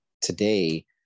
today